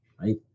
right